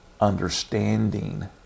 understanding